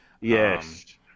Yes